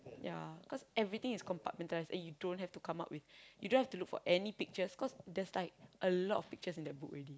ya cause everything is compartmentalized and you don't have to come up with you don't have to look for any pictures cause there's like a lot of pictures in that book already